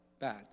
bad